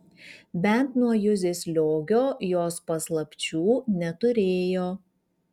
bent nuo juzės liogio jos paslapčių neturėjo